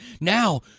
now